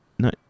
No